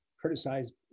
criticized